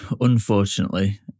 unfortunately